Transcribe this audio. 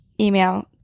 email